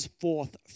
forth